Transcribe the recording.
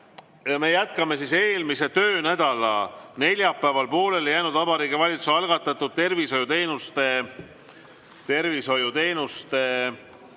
me jätkame eelmise töönädala neljapäeval pooleli jäänud Vabariigi Valitsuse algatatud tervishoiuteenuse